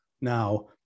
now